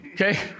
Okay